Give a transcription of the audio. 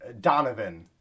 donovan